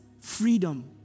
freedom